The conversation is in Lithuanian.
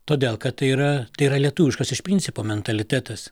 todėl kad tai yra tai yra lietuviškas iš principo mentalitetas